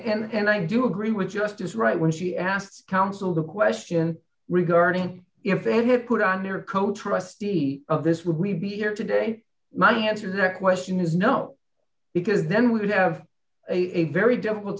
way and i do agree with justice right when she asked counsel the question regarding if they had put on their co trustee of this would we be here today my answer that question is no because then we would have a very difficult